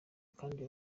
kandi